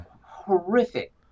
horrific